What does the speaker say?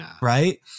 right